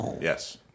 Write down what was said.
yes